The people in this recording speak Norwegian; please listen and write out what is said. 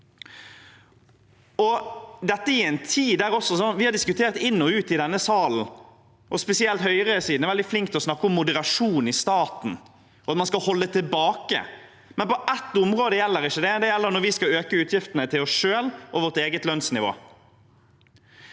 Vi har diskutert det inn og ut i denne salen, og spesielt høyresiden er veldig flink til å snakke om moderasjon i staten, at man skal holde tilbake, men på ett område gjelder ikke det, og det er når vi skal øke utgiftene til oss selv og vårt eget lønnsnivå.